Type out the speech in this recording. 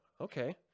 okay